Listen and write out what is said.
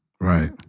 Right